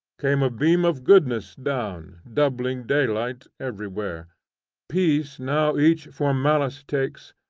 came a beam of goodness down doubling daylight everywhere peace now each for malice takes,